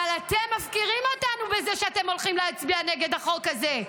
אבל אתם מפקירים אותנו בזה שאתם הולכים להצביע נגד החוק הזה.